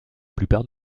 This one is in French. plupart